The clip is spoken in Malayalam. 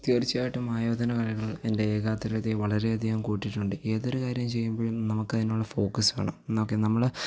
തീര്ച്ചയായിട്ടും ആയോധനകലകള് എന്റെ ഏകാഗ്രതയെ വളരെയധികം കൂട്ടിയിട്ടുണ്ട് ഏതൊരു കാര്യം ചെയ്യുമ്പോഴും നമുക്കതിനുള്ള ഫോക്കസ് വേണം നോക്ക് നമ്മള്